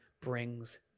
brings